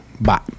Bye